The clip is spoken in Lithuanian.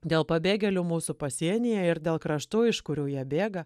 dėl pabėgėlių mūsų pasienyje ir dėl kraštų iš kurių jie bėga